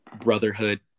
brotherhood